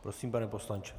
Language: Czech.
Prosím, pane poslanče.